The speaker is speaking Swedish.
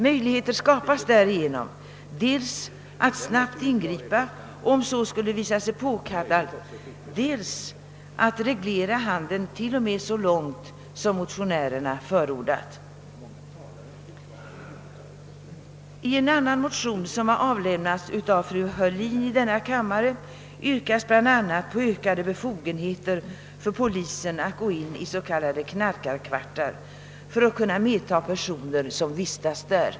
Möjligheter skapas därigenom dels till att snabbt ingripa om så skulle visa sig påkallat, dels att reglera handeln till och med så långt som motionärerna förordat. I en annan motion som avlämnats av fru Heurlin i denna kammare yrkas bl.a. på ökade befogenheter för polisen att gå in i s.k. knarkarkvartar för att kunna medtaga personer som vistas där.